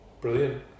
Brilliant